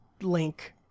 link